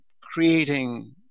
creating